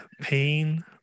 pain